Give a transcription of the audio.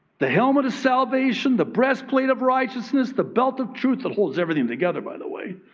the helmet of salvation, the breastplate of righteousness, the belt of truth, that holds everything together by the way,